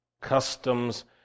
customs